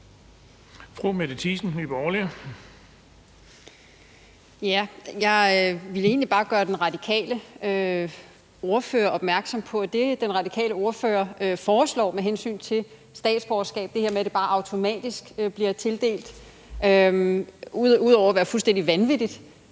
Jeg ville egentlig bare gøre den radikale ordfører opmærksom på, at det, som den radikale ordfører foreslår med hensyn til statsborgerskab, altså det her med, at det bare automatisk bliver tildelt, ud over at være fuldstændig vanvittigt,